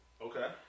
Okay